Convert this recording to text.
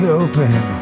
open